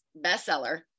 bestseller